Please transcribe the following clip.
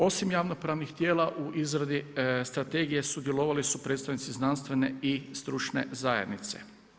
Osim javnopravnih tijela u izradi strategije sudjelovali su predstavnici znanstvene i stručne zajednice.